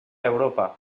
europa